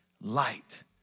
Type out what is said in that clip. Light